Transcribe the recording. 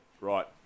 right